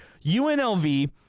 UNLV